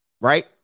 Right